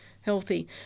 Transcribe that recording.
healthy